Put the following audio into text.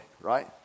right